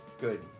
Good